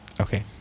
Okay